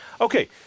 okay